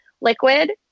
liquid